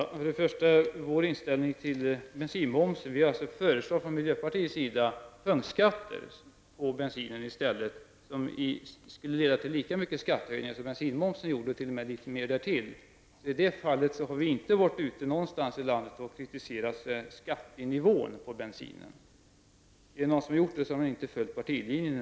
Herr talman! Först och främst har vi vår inställning till bensinmomsen. Vi har från miljöpartiets sida föreslagit punktskatter på bensin som skulle leda till lika stora skatteintäkter som bensinmomsen skulle göra och litet mer därtill. I det fallet har vi inte ute i landet kritiserat skattenivån på bensinen. Om någon har gjort det har denne person inte följt partilinjen.